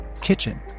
Kitchen